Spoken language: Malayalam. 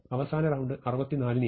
അവസാന റൌണ്ട് 64 നെയാണ്